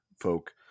folk